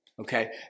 Okay